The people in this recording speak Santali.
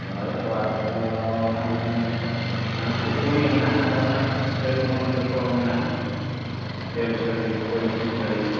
ᱦᱳᱭ ᱠᱚᱲᱟ ᱠᱚᱫᱚ ᱱᱟᱦᱟᱜ ᱚᱱᱮ ᱟᱨ ᱩᱱᱠᱩ ᱠᱩᱲᱤ ᱦᱚᱸ ᱱᱟᱦᱟᱜ ᱟᱨᱚ ᱱᱟᱦᱟᱜ ᱥᱟᱹᱲᱤ ᱦᱚᱸ ᱟᱹᱰᱤ ᱨᱚᱠᱚᱢᱟᱜ ᱢᱮᱱᱟᱜᱼᱟ ᱡᱷᱟᱹᱞ ᱥᱟᱹᱲᱤ ᱯᱟᱹᱧᱪᱤ ᱥᱟᱹᱲᱤ